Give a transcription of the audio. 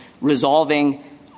resolving